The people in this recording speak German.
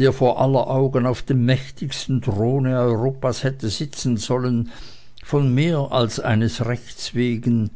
der vor aller augen auf dem mächtigsten throne europas hätte sitzen sollen von mehr als eines rechtes wegen